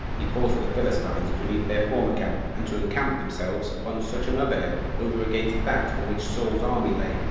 he forced the philistines to leave their former camp, and to encamp themselves upon such another hill, over-against that on which saul's army lay,